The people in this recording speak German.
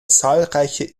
zahlreiche